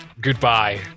Goodbye